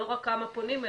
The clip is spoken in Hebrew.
לא רק כמה פונים,